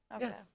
Yes